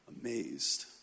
Amazed